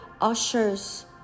ushers